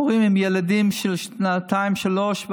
הורים עם ילדים בני שנתיים-שלוש,